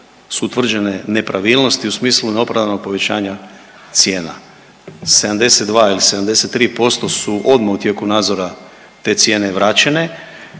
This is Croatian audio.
su utvrđene nepravilnosti u smislu neopravdanog povećanja cijena. 72 ili 73% su odmah u tijeku nadzora te cijene vraćene,